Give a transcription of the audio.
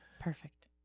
Perfect